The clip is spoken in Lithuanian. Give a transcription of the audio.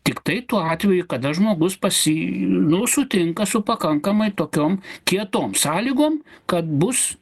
tiktai tuo atveju kada žmogus pasi nu sutinka su pakankamai tokiom kietom sąlygom kad bus